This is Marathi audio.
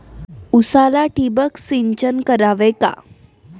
उसाला ठिबक सिंचन करावे का?